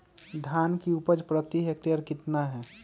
धान की उपज प्रति हेक्टेयर कितना है?